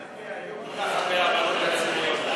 חיימק'ה, היו כל כך הרבה העברות תקציביות.